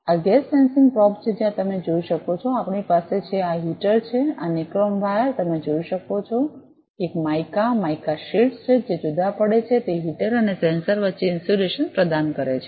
આ gas sensing probe છે જ્યાં તમે જોઈ શકો છો આપણી પાસે છે આ હીટર છે આ નિક્રોમ વાયર તમે જોઈ શકો છો એક માઇકા માઇકા શીટ્સ જે જુદા પડે છે તે હીટર અને સેન્સર વચ્ચે ઇન્સ્યુલેશન પ્રદાન કરે છે